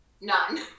None